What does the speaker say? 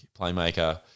playmaker